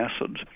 acids